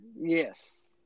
yes